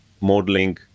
modeling